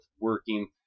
working